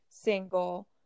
Single